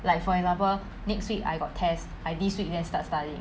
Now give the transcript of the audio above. like for example next week I got test I this week then start studying